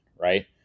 right